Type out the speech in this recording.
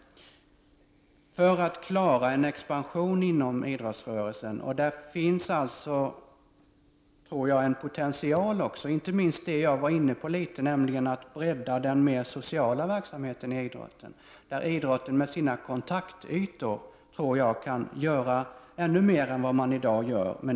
För att klara en expansion inom idrottsrörelsen krävs det pengar. Jag tror att det finns en potential, inte minst när det gäller det som jag var inne på tidigare, nämligen att bredda den mer sociala verksamheten inom idrotten. Idrotten kan med sina kontaktytor göra ännu mer än vad som i dag görs.